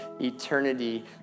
eternity